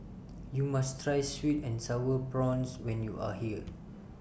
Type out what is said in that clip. YOU must Try Sweet and Sour Prawns when YOU Are here